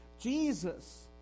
Jesus